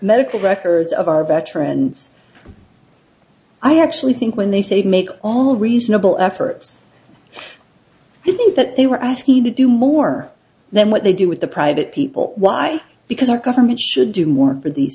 medical records of our veterans i actually think when they say to make all reasonable efforts it is that they were asked to do more than what they do with the private people why because our government should do more for these